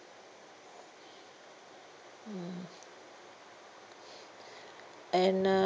mm and uh